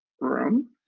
room